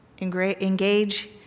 engage